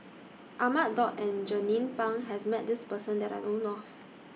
Ahmad Daud and Jernnine Pang has Met This Person that I know of